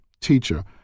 Teacher